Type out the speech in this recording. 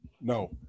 No